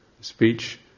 Speech